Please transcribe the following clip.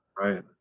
Right